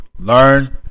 learn